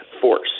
force